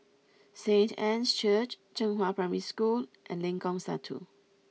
Saint Anne's Church Zhenghua Primary School and Lengkong Satu